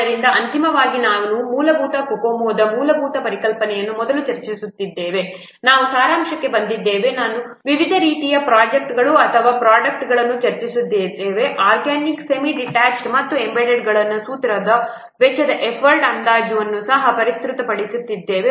ಆದ್ದರಿಂದ ಅಂತಿಮವಾಗಿ ನಾವು ಮೂಲಭೂತ COCOMO ದ ಮೂಲಭೂತ ಪರಿಕಲ್ಪನೆಯನ್ನು ಮೊದಲು ಚರ್ಚಿಸಿದ್ದೇವೆ ಎಂಬ ಸಾರಾಂಶಕ್ಕೆ ಬಂದಿದ್ದೇವೆ ನಾವು ವಿವಿಧ ರೀತಿಯ ಪ್ರೊಜೆಕ್ಟ್ಗಳು ಅಥವಾ ಪ್ರೊಡಕ್ಟ್ಗಳನ್ನು ಚರ್ಚಿಸಿದ್ದೇವೆ ಆರ್ಗ್ಯಾನಿಕ್ ಸೆಮಿ ಡಿಟ್ಯಾಚ್ಡ್ ಮತ್ತು ಎಂಬೆಡೆಡ್ಗೆ ನಾವು ಸೂತ್ರದ ವೆಚ್ಚ ಮತ್ತು ಎಫರ್ಟ್ ಅಂದಾಜನ್ನು ಸಹ ಪ್ರಸ್ತುತಪಡಿಸಿದ್ದೇವೆ